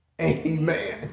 Amen